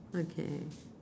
okay